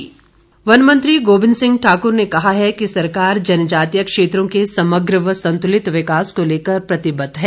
गोविंद वन मंत्री गोविंद सिंह ठाकुर ने कहा है कि सरकार जनजातीय क्षेत्रों के समग्र व संतुलित विकास को लेकर प्रतिबद्ध है